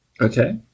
Okay